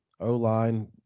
O-line